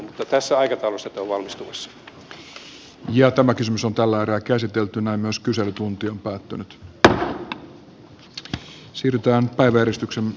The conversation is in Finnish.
mutta tässä aikataulussa tämä kysymys on tällä erää käsiteltynä myös kyselytunti on valmistumassa